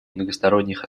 многосторонних